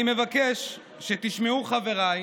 אני מבקש שתשמעו, חבריי,